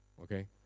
Okay